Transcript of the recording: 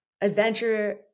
adventure